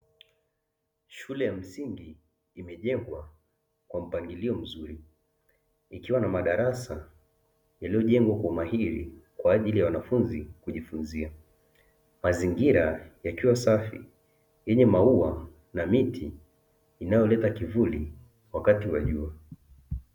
Shule ya msingi imejengwa kwa mpangilio mzuri, ikiwa na madarasa yaliyojengwa kwa umahiri kwa ajili ya wanafunzi kujifunzia. Mazingira yakiwa safi yenye maua na miti inayoleta kivuli wakati wa jua.